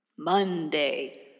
Monday